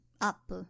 Up